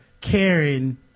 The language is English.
Karen